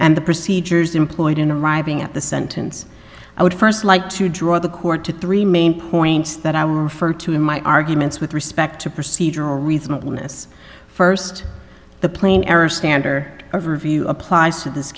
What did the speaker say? and the procedures employed in arriving at the sentence i would first like to draw the court to three main points that i will refer to in my arguments with respect to procedural reasonableness first the plain error standard of review applies to this